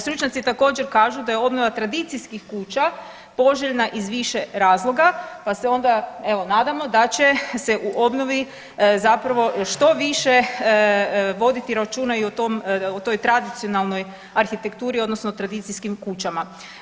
Stručnjaci također kažu da je obnova tradicijskih kuća poželjna iz više razloga, pa se onda evo nadamo da će se u obnovi zapravo što više voditi računa i o toj tradicionalnoj arhitekturi, odnosno tradicijskim kućama.